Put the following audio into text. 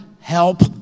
help